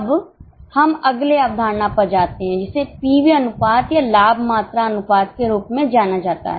अब हम अगले अवधारणा पर जाते हैं जिसे पीवी अनुपात या लाभ मात्रा अनुपात के रूप में जाना जाता है